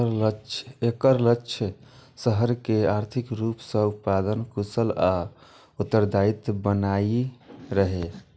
एकर लक्ष्य शहर कें आर्थिक रूप सं उत्पादक, कुशल आ उत्तरदायी बनेनाइ रहै